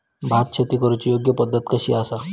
भात शेती करुची योग्य पद्धत कशी आसा?